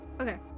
Okay